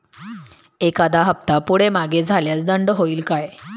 एखादा हफ्ता पुढे मागे झाल्यास दंड होईल काय?